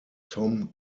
tom